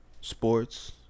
sports